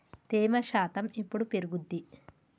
తేమ శాతం ఎప్పుడు పెరుగుద్ది?